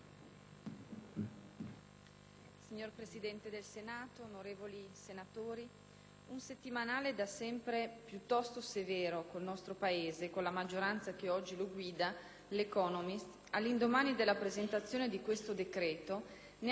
Signor Presidente del Senato, onorevoli senatori, un settimanale da sempre piuttosto severo con il nostro Paese e con la maggioranza che oggi lo guida, «The Economist», all'indomani della presentazione del decreto-legge in esame, ne ha parlato in maniera lusinghiera.